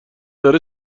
داره